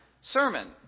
sermon